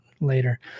later